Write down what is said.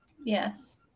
Yes